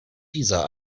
dieser